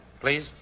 please